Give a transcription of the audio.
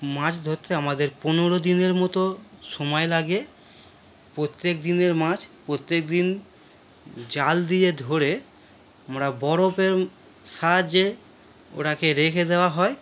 মাছ ধরতে আমাদের পনেরো দিনের মতো সময় লাগে প্রত্যেক দিনের মাছ প্রত্যেক দিন জাল দিয়ে ধোরে আমরা বরফের সাহায্যে ওটাকে রেখে দেওয়া হয়